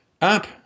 up